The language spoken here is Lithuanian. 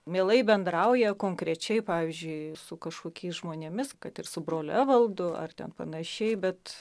mielai bendrauja konkrečiai pavyzdžiui su kažkokiais žmonėmis kad ir su broliu evaldu ar ten panašiai bet